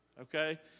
okay